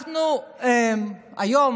היום,